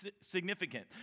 significant